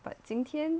but 今天